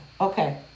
Okay